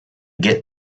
get